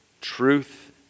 truth